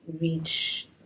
reach